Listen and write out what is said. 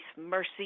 mercy